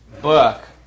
book